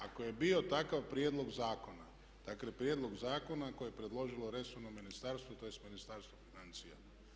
Ako je bio takav prijedlog zakona, dakle prijedlog zakona koje je predložilo resorno ministarstvo, tj. Ministarstvo financija.